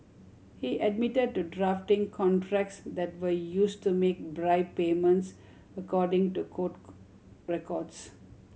he admitted to drafting contracts that were used to make bribe payments according to court records